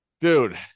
dude